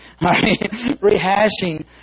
Rehashing